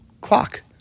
clock